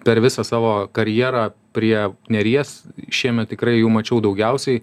per visą savo karjerą prie neries šiemet tikrai jų mačiau daugiausiai